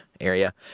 area